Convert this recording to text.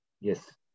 Yes